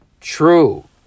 true